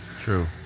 True